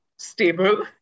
stable